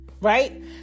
right